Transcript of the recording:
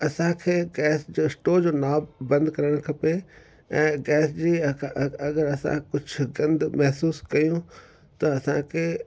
असांखे गैस जो स्टोव जो नॉब बंदि करणु खपे ऐं गैस जी अगरि असां कुछ गंध महसूस कयूं त असांखे